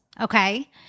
okay